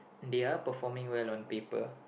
they are performing well on paper